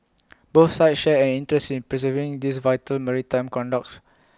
both sides share an interest preserving these vital maritime conduits